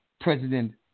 president